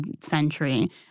century